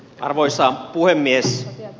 arvoisa puhemies